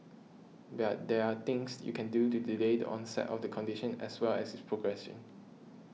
but there are things you can do to delay the onset of the condition as well as its progression